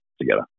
together